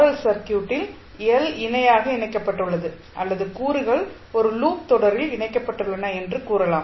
L சர்க்யூட்டில் L இணையாக இணைக்கப்பட்டுள்ளது அல்லது கூறுகள் ஒரு லூப் தொடரில் இணைக்கப்பட்டுள்ளன என்று கூறலாம்